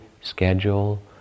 schedule